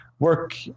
work